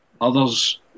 others